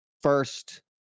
first